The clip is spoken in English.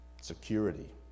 security